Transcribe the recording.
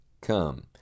come